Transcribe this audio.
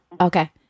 Okay